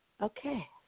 Okay